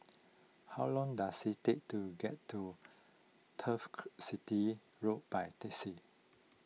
how long does it take to get to Turf City Road by taxi